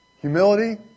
Humility